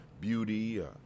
beauty